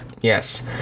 Yes